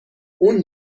اون